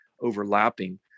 overlapping